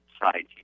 side